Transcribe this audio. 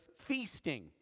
feasting